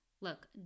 Look